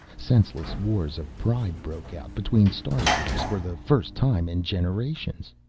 senseless wars of pride broke out between star-groups for the first time in generations.